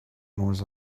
nos